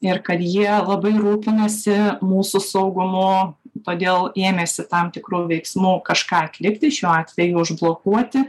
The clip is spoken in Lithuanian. ir kad jie labai rūpinasi mūsų saugumu todėl ėmėsi tam tikrų veiksmų kažką atlikti šiuo atveju užblokuoti